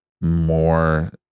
more